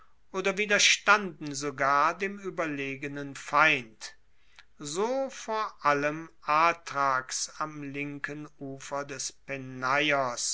oder widerstanden sogar dem ueberlegenen feind so vor allem atrax am linken ufer des